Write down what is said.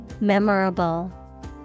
Memorable